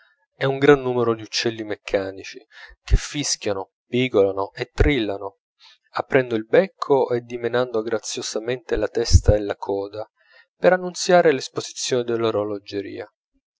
è un gran numero di uccelli meccanici che fischiano pigolano e trillano aprendo il becco e dimenando graziosamente la testa e la coda per annunziare l'esposizione dell'orologeria